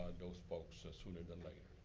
those folks sooner than later.